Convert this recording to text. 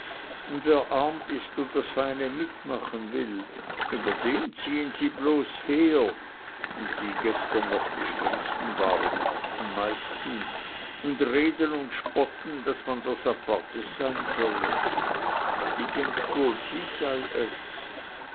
und wer arm ist und das feine mitmachen will über den ziehen sie bloß her und die gestern noch die strengsten waren am meisten und reden und spotten daß man was apartes sein wolle die denkt wohl sie sei es